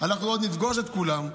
אנחנו עוד נפגוש את כולם,